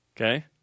Okay